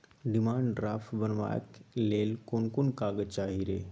Demand draft बनाबैक लेल कोन कोन कागज चाही रे?